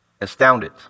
astounded